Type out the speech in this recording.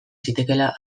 zitekeela